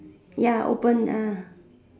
ya open ah